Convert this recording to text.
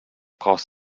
brauchst